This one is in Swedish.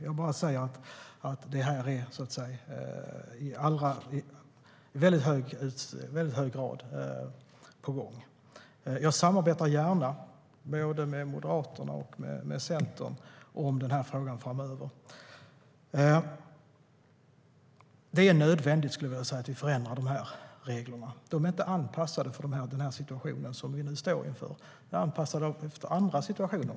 Men en utredning är i väldigt hög grad på gång. Jag samarbetar gärna både med Moderaterna och med Centern om den här frågan framöver. Det är nödvändigt att vi förändrar de här reglerna. De är inte anpassade för den situation som vi nu befinner oss i. De är anpassade för andra situationer.